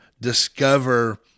discover